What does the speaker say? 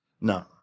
No